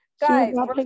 guys